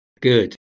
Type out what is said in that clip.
Good